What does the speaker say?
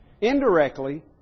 Indirectly